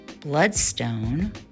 bloodstone